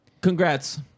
Congrats